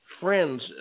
friends